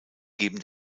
geben